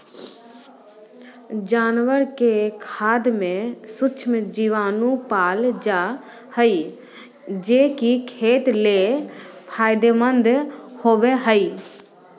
जानवर के खाद में सूक्ष्म जीवाणु पाल जा हइ, जे कि खेत ले फायदेमंद होबो हइ